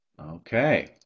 Okay